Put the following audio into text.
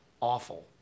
awful